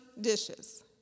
dishes